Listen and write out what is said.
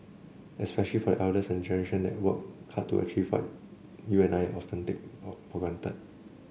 especially for the elders and the generation that worked hard to achieve what you and I often take for granted